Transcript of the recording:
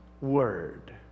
word